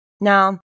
Now